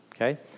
okay